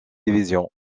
division